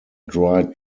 dry